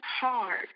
hard